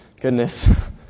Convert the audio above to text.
goodness